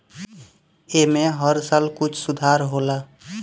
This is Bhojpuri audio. ऐमे हर साल कुछ सुधार होला